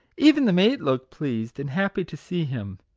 even the maid looked pleased and happy to see him.